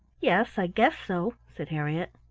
yes, i guess so, said harriett.